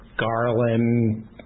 Garland